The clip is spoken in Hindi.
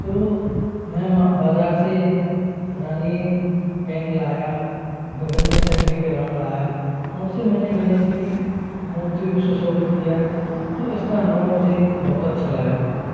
तो मैं बाज़ार से रंगीन पेन लाया विभिन्न तरीके के रंग लाया उनसे मैंने गणेश जी की मूर्ति को सुशोभित किया तो इसका अनुभव मुझे बहुत अच्छा लगा